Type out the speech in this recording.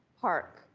park.